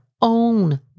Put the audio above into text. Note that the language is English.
own